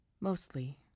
Mostly